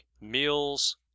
meals